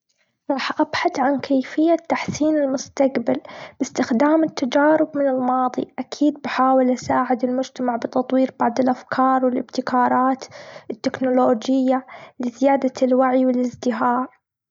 راح أبحث عن كيفية تحسين المستقبل، بإستخدام التجارب من الماضي. أكيد بحاول أساعد المجتمع، بتطوير بعض الأفكار والإبتكارات التكنولوجية، لزيادة الوعي والإزدهار.